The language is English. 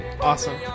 Awesome